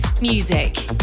Music